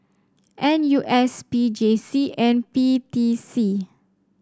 N U S P J C and P T C